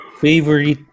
Favorite